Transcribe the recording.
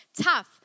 tough